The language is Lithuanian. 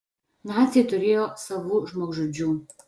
naciai turėjo savų žmogžudžių